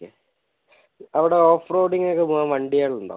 okay അവിടെ ഓഫ്റോഡിങ്ങൊക്കെ പോകാൻ വണ്ടികളുണ്ടോ